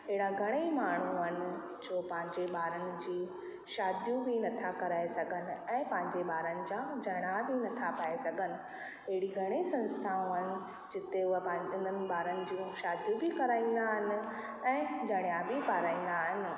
अहिड़ा घणेई माण्हू आहिनि जो पंहिंजे ॿारनि जी शादियूं बि नथा कराए सघनि ऐं पंहिंजे ॿारनि जा जणिया बि नथा पाए सघनि अहिड़ी घणी संस्थाऊं आहिनि जिते उहा इन्हनि ॿारनि जूं शादियूं बि कराईंदा आहिनि ऐं जणिया बि पाराईंदा आहिनि